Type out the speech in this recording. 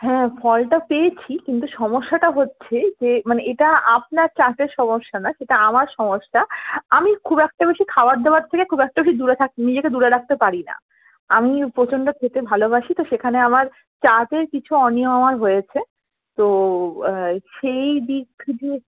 হ্যাঁ ফলটা পেয়েছি কিন্তু সমস্যাটা হচ্ছে যে মানে এটা আপনার চার্টের সমস্যা না সেটা আমার সমস্যা আমি খুব একটা বেশি খাবার দাবার থেকে খুব একটা বেশি দূরে থাকি নিজেকে দূরে রাখতে পারি না আমি প্রচণ্ড খেতে ভালোবাসি তো সেখানে আমার চার্টেই কিছু অনিয়ম আমার হয়েছে তো সেই দিক থেকে